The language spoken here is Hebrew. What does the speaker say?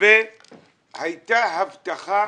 בתנאים והייתה הבטחה